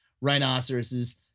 rhinoceroses